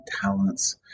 talents